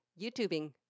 YouTubing